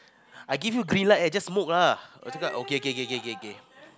I give you green light eh just smoke lah oh okay kay kay kay kay kay